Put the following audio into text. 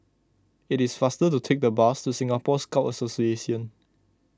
it is faster to take the bus to Singapore Scout Association